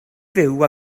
fyw